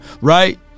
right